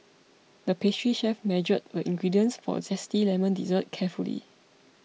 the pastry chef measured the ingredients for a Zesty Lemon Dessert carefully